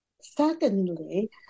Secondly